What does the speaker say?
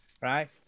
right